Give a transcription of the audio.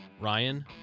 ryan